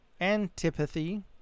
antipathy